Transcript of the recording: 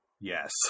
Yes